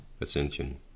ascension